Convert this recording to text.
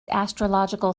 astrological